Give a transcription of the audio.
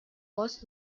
was